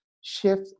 shift